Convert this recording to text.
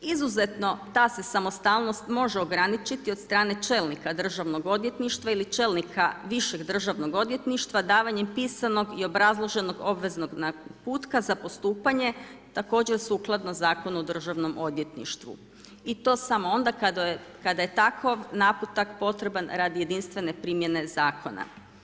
Izuzetno ta se samostalnost može ograničiti od strane čelnika Državnog odvjetništva ili čelnika višeg Državnog odvjetništva davanjem pisanog i obrazloženog obveznog naputka za postupanje također sukladno Zakonu o Državnom odvjetništvu i to samo onda kada je takov naputak potreban radi jedinstvene primjene zakona.